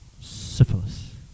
Syphilis